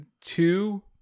two